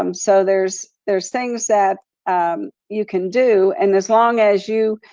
um so there's there's things that you can do and as long as you,